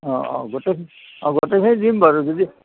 অঁ অঁ গোটেইখিনি দিম বাৰু যদি